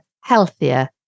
healthier